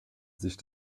sich